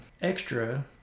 extra